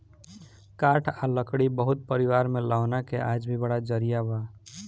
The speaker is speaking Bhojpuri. काठ आ लकड़ी बहुत परिवार में लौना के आज भी बड़ा जरिया बा